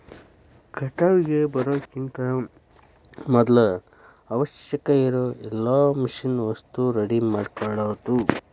ಕಟಾವಿಗೆ ಬರುಕಿಂತ ಮದ್ಲ ಅವಶ್ಯಕ ಇರು ಎಲ್ಲಾ ಮಿಷನ್ ವಸ್ತು ರೆಡಿ ಮಾಡ್ಕೊಳುದ